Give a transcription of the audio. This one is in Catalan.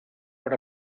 per